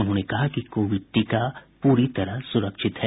उन्होंने कहा कि कोविड टीका पूरी तरह सुरक्षित है